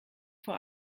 vor